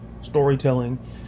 storytelling